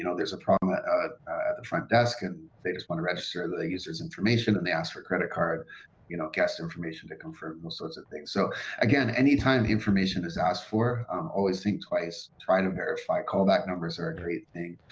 you know there's a problem ah ah at the front desk and they just want to register the users information and they asked for credit card you know information to confirm all sorts of things. so again, anytime information is asked for um always think twice. try to verify. callback numbers are a great thing.